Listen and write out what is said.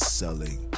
selling